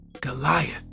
Goliath